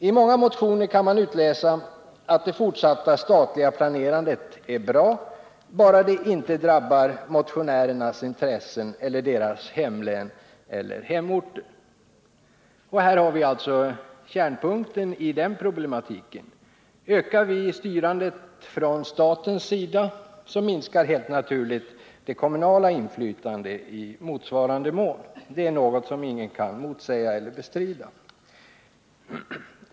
I många motioner kan man utläsa att det fortsatta statliga planerandet är bra, bara det inte drabbar motionärernas intressen, deras hemlän eller hemorter. Och här har vi alltså kärnpunkten i den problematiken. Ökar vi styrandet från statens sida minskar helt naturligt det kommunala inflytandet i motsvarande mån. Det är något som ingen kan motsäga eller bestrida.